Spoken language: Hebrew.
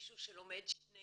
מישהו שלומד שני